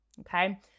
okay